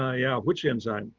ah yeah. which enzyme?